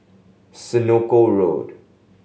Senoko Road